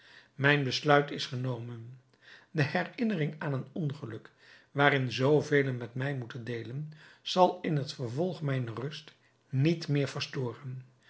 mijn besluit is genomen de herinnering aan een ongeluk waarin zoo velen met mij moeten deelen zal in het vervolg mijne rust niet meer verstoren